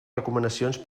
recomanacions